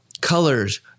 colors